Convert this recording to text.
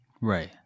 right